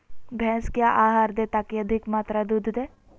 भैंस क्या आहार दे ताकि अधिक मात्रा दूध दे?